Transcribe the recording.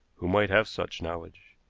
who might have such knowledge.